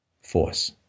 force